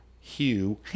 Hugh